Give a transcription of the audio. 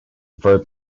verb